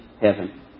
heaven